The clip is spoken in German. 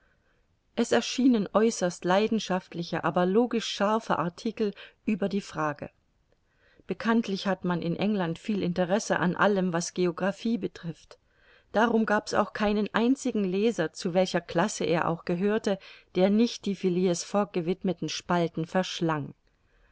es erschienen äußerst leidenschaftliche aber logisch scharfe artikel über die frage bekanntlich hat man in england viel interesse an allem was geographie betrifft darum gab's auch keinen einzigen leser zu welcher classe er auch gehörte der nicht die phileas fogg gewidmeten spalten verschlang